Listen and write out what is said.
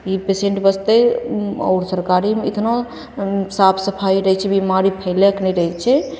ई patient बचतै आओर सरकारीमे एतना साफ सफाइ रहै छै बेमारी फैलैके नहि दै छै